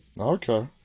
Okay